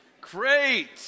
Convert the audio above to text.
Great